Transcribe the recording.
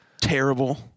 terrible